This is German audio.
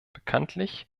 bekanntlich